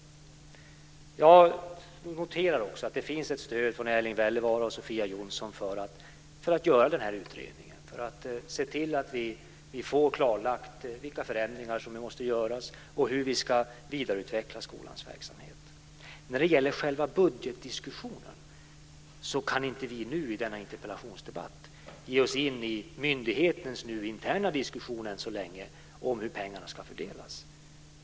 Jag noterar också att det finns ett stöd från Erling Wälivaara och Sofia Jonsson för att göra den här utredningen i syfte att se till att vi får klarlagt vilka förändringar som måste göras och hur vi ska vidareutveckla skolans verksamhet. När det gäller själva budgetdiskussionen kan vi inte i denna interpellationsdebatt ge oss in i myndighetens interna diskussion så länge om hur pengarna ska fördelas.